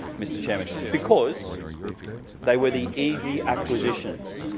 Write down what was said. mr chairman, because they were the easy acquisitions.